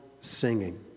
singing